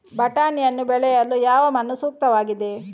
ಬಟಾಣಿಯನ್ನು ಬೆಳೆಯಲು ಯಾವ ಮಣ್ಣು ಸೂಕ್ತವಾಗಿದೆ?